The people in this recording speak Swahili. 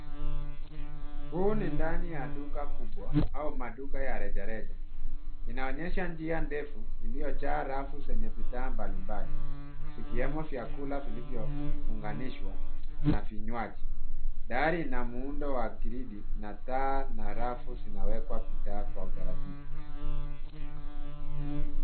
Huu ni ndani ya duka kubwa au maduka ya rejareja. Inaonyesha njia ndefu iliyojaa rafu zenye bidhaa mbalimbali, zikiwemo vyakula vilivyofunganishwa na vinywaji. Dari ina muundo wa gridi na taa na rafu zinawekwa bidhaa kwa utaratibu.